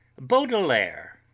baudelaire